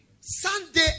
sunday